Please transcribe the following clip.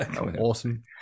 awesome